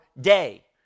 day